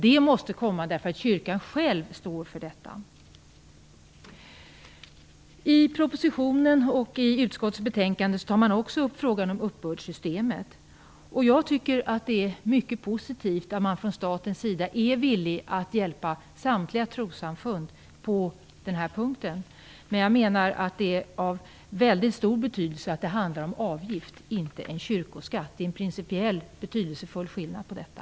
Det måste komma därför att kyrkan själv står för detta. I propositionen och utskottets betänkande tas också upp frågan om uppbördssystemet. Det är mycket positivt att man från statens sida är villig att hjälpa samtliga trossamfund på denna punkt. Jag menar att det är av mycket stor betydelse att det är fråga om en avgift och inte en kyrkoskatt. Det är en principiell, betydelsefull skillnad i detta.